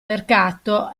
mercato